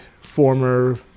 former